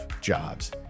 Jobs